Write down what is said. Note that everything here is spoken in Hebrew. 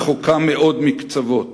רחוקה מאוד מקצוות.